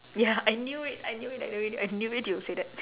ya I knew it I knew it I knew it I knew it you will say that